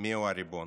מיהו הריבון.